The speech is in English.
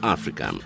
Africa